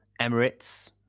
Emirates